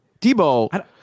Debo